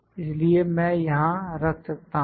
इसलिए मैं यहां रख सकता हूं